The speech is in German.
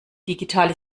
digitale